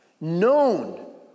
known